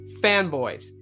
fanboys